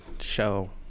show